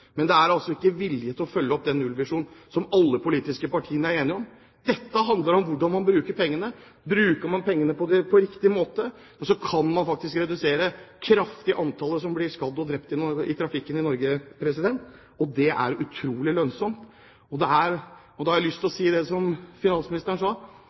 men det er altså ikke vilje til å følge opp den nullvisjonen, som alle de politiske partiene er enige om. Dette handler om hvordan man bruker pengene. Bruker man pengene på riktig måte, kan man faktisk redusere kraftig antallet mennesker som blir skadd og drept i trafikken i Norge, og det er utrolig lønnsomt. Og i motsetning til finansministeren, som ønsker at pengene skal stå i banken, ønsker jeg at vi skal bruke pengene til